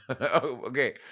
Okay